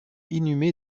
inhumé